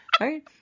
Right